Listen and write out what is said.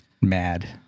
mad